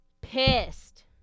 Pissed